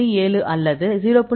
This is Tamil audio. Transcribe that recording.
7 அல்லது 0